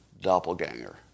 doppelganger